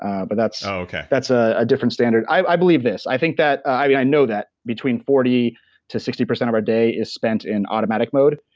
ah but that's oh, okay that's a different standard. i believe this. i think that. i know that between forty to sixty of our day is spent in automatic mode.